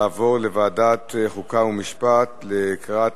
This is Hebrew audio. התשע"א 2011, לוועדת החוקה, חוק ומשפט נתקבלה.